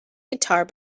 guitar